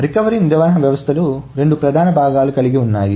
recovery నిర్వహణ వ్యవస్థలు రెండు ప్రధాన భాగాలు కలిగి ఉన్నాయి